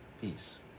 Peace